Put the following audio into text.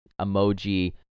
emoji